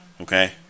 Okay